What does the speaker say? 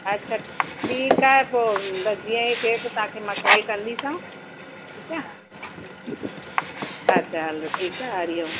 अच्छा ठीकु आहे पोइ बसि जीअं ई थिए त तव्हांखे मां कॉल कंदीसांव ठीकु आहे अच्छा हलो ठीकु आहे हरि ओम